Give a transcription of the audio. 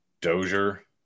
Dozier